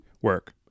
work